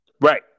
Right